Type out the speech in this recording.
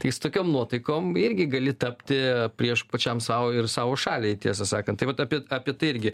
tai su tokiom nuotaikom irgi gali tapti priešu pačiam sau ir savo šaliai tiesą sakant tai vat apie apie tai irgi